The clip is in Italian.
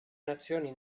nazioni